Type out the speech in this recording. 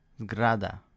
Zgrada